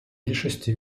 більшості